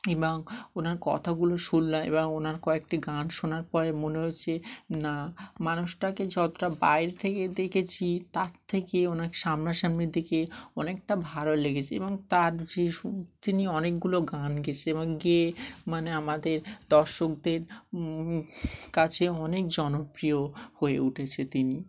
এবং ওনার কথাগুলো শুনলাম এবং ওনার কয়েকটি গান শোনার পরে মনে হয়েছে না মানুষটাকে যতটা বাইরে থেকে দেখেছি তার থেকে ওনাকে সামনাসামনি দেখে অনেকটা ভালো লেগেছে এবং তার যে সু তিনি অনেকগুলো গান গেয়েছে এবং গেয়ে মানে আমাদের দর্শকদের কাছে অনেক জনপ্রিয় হয়ে উঠেছে তিনি